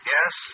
Yes